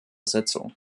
sitzung